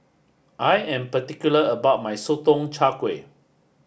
I am particular about my Sotong Char Kway